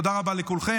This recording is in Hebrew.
תודה רבה לכולכם.